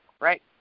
right